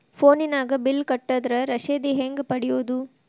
ಫೋನಿನಾಗ ಬಿಲ್ ಕಟ್ಟದ್ರ ರಶೇದಿ ಹೆಂಗ್ ಪಡೆಯೋದು?